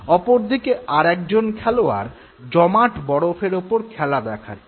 অপরদিকে আর একজন খেলোয়াড় জমাট বরফের ওপরে খেলা দেখাচ্ছেন